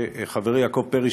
שחברי יעקב פרי,